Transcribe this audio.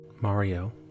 Mario